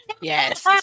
Yes